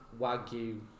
Wagyu